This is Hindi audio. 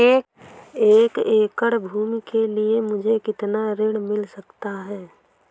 एक एकड़ भूमि के लिए मुझे कितना ऋण मिल सकता है?